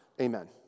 Amen